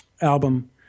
album